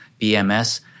BMS